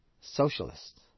socialists